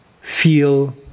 feel